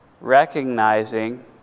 recognizing